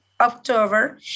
October